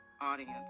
audience